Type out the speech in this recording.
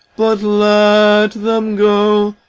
but let them go,